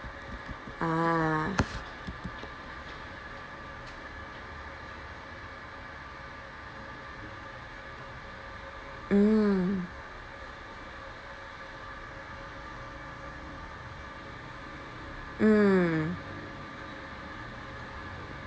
ah mm mm